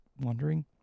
wondering